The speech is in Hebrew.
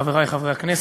חברי חברי הכנסת,